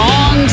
on